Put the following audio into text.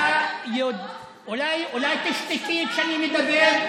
אתה, אולי תשתקי כשאני מדבר?